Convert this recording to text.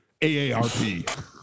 AARP